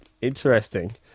interesting